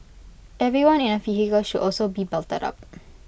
everyone in A vehicle should also be belted up